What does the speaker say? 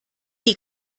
die